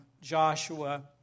Joshua